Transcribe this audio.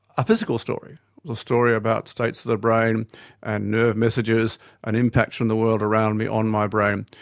a physical story, or story about states of the brain and nerve messages and impacts from the world around me on my brain.